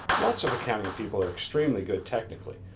lots of accounting people are extremely good technically,